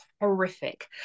horrific